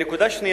דבר שני,